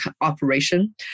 operation